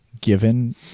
given